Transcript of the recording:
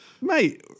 mate